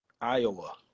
Iowa